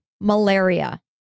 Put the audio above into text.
malaria